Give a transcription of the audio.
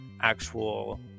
actual